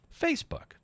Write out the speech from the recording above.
Facebook